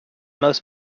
most